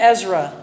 Ezra